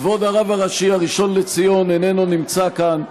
כבוד הרב הראשי הראשון לציון איננו נמצא כאן,